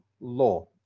law